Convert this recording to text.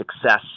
success